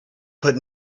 put